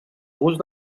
gust